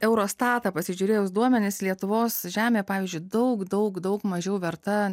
eurostatą pasižiūrėjus duomenis lietuvos žemė pavyzdžiui daug daug daug mažiau verta